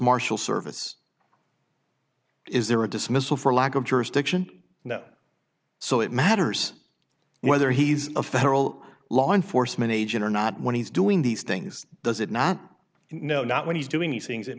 marshal service is there a dismissal for lack of jurisdiction in that so it matters whether he's a federal law enforcement agent or not when he's doing these things does it not know not when he's doing these things it